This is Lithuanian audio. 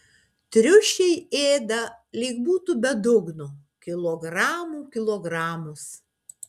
triušiai ėda lyg būtų be dugno kilogramų kilogramus